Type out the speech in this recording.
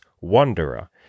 Wanderer